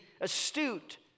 astute